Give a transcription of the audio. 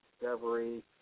Discovery